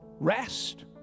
rest